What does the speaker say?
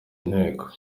inteko